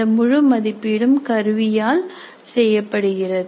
இந்த முழு மதிப்பீடும் கருவியால் செய்யப்படுகிறது